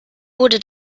wurde